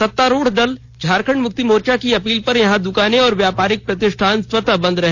सत्तारूढ़ दल झामुमो की अपील पर यहां दुकानें और व्यापारिक प्रतिष्ठान स्वतः बंद रहे